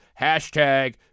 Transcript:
Hashtag